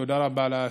תודה רבה.